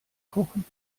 kochen